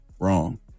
wrong